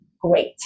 great